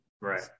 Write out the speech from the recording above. Right